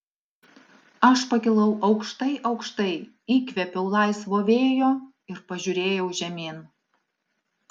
aš pakilau aukštai aukštai įkvėpiau laisvo vėjo ir pažiūrėjau žemyn